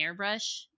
airbrush